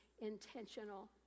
Intentional